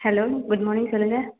hello good morning சொல்லுங்கள்